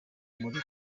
muri